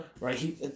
Right